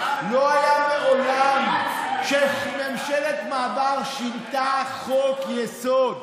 לא היה מעולם שממשלת מעבר שינתה חוק-יסוד.